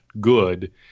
good